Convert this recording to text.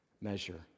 measure